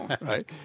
Right